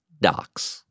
docs